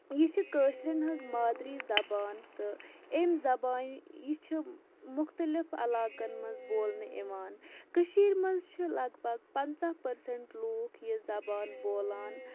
یہِ چھِ کٲشرٮ۪ن ہٕنٛز مادری زبان تہٕ اَمہِ زبانہِ یہِ چھِ مُختلِف علاقَن منٛز بولنہٕ یِوان کٔشیٖرِ منٛز چھِ لگ بگ پَنژاہ پٔرسنٛٹ لوٗکھ یہِ زَبان بولان